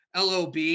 LOB